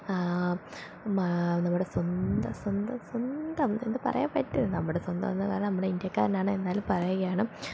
ആ നമ്മുടെ സ്വന്തം സ്വന്തം സ്വന്തം എന്തു പറയാന് പറ്റും നമ്മുടെ സ്വന്തം എന്നു പറഞ്ഞ നമ്മുടെ ഇന്ത്യക്കാരനാണ് എന്നാലും പറയുകയാണ്